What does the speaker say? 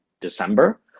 December